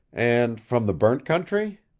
and from the burnt country?